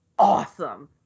awesome